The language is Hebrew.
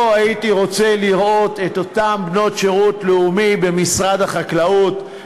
לא הייתי רוצה לראות את אותן בנות שירות לאומי במשרד החקלאות,